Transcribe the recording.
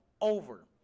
over